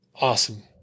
Awesome